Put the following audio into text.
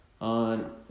On